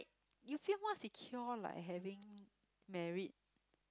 you feel more secured like having married